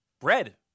bread